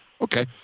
Okay